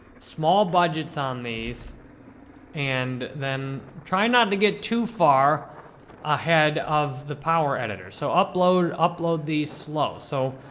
small budgets on these and then try not to get too far ahead of the power editor. so, upload upload these slow. so,